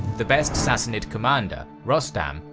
the best sassanid commander, rostam,